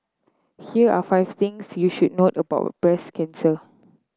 here are five things you should note about breast cancer